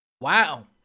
Wow